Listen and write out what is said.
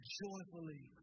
joyfully